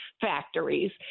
factories